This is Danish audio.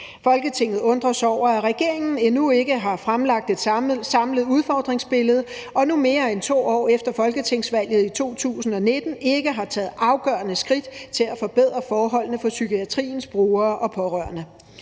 Folketinget undrer sig over, at regeringen endnu ikke har fremlagt et samlet udfordringsbillede og nu mere end 2 år efter Folketingsvalget i 2019 ikke har taget afgørende skridt til at forbedre forholdene for psykiatriens brugere og pårørende.